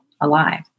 alive